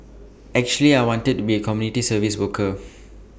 actually I want to be A community service worker